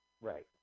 Right